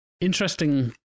interesting